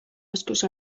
askoz